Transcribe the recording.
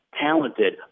talented